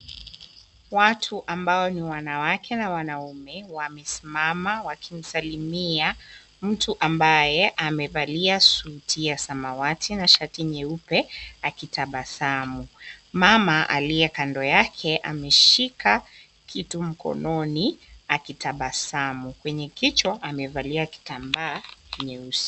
Watu ambao ni wanawake na wanaume, wamesimama wakimsalimia mtu ambaye amevalia suti ya samawati na shati nyeupe, akitabasamu. Mama aliye kando yake ameshika kitu mkononi, akitabasamu, kwenye kichwa amevalia kitambaa nyeusi.